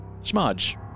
smudge